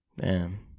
Man